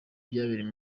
byabereye